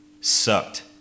sucked